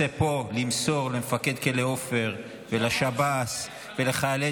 אני רוצה למסור פה למפקד כלא עופר ולשב"ס ולחיילי